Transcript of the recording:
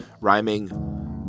rhyming